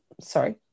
Sorry